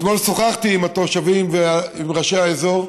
אתמול שוחחתי עם התושבים ועם ראשי האזור,